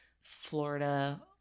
Florida